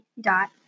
dot